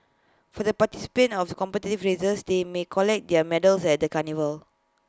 for the participants of the competitive races they may collect their medals at the carnival